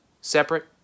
separate